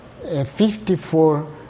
54